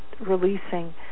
releasing